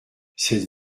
cette